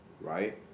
Right